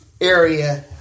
area